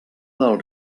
del